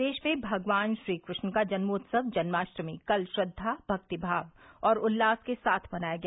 प्रदेश में भगवान श्री कृष्ण का जन्मोत्सव जन्माष्टमी कल श्रद्वा भक्तिमाव और उल्लास के साथ मनाया गया